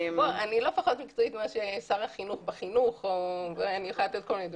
פחות מקצועית מאשר שר החינוך בחינוך ואני יכולה לתת כל מיני דוגמאות.